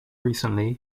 recently